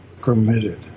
permitted